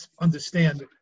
understand